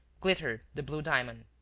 glittered the blue diamond.